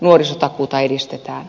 nuorisotakuuta edistetään